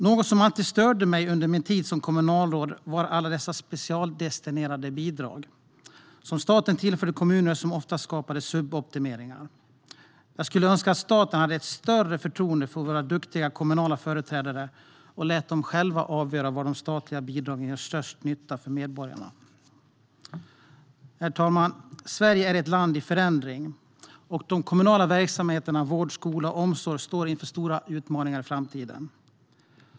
Något som alltid störde mig under min tid som kommunalråd var alla de specialdestinerade bidrag som staten tillförde kommunerna och som ofta skapade suboptimeringar. Jag skulle önska att staten hade ett större förtroende för våra duktiga kommunala företrädare och lät dem själva avgöra var de statliga bidragen gör störst nytta för medborgarna. Herr talman! Sverige är ett land i förändring. De kommunala verksamheterna vård, skola och omsorg står inför stora utmaningar i framtiden.